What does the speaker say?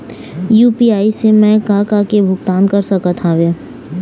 UPI से मैं का का के भुगतान कर सकत हावे?